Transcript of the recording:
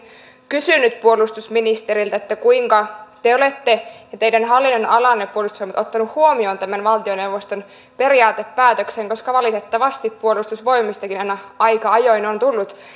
kysynyt puolustusministeriltä kuinka te ja teidän hallinnonalanne olette ottaneet huomioon tämän valtioneuvoston periaatepäätöksen koska valitettavasti puolustusvoimistakin aina aika ajoin on tullut